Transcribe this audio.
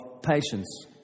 patience